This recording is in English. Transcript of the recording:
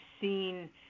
seen